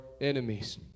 enemies